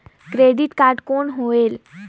Credit card कौन होएल?